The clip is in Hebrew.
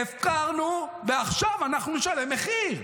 הפקרנו ועכשיו אנחנו נשלם מחיר.